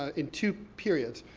ah in two periods.